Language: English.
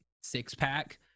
six-pack